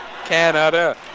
Canada